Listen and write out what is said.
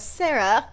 sarah